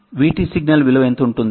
VT signal విలువ ఎంత ఉంటుంది